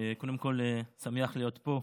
קודם כול, אני שמח להיות פה.